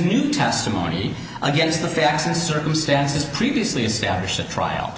new testimony against the facts and circumstances previously established a trial